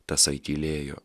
tasai tylėjo